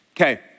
Okay